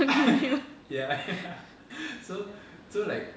ya ya so so like